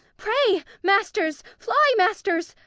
pray, masters! fly, masters!